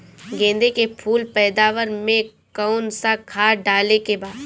गेदे के फूल पैदवार मे काउन् सा खाद डाले के बा?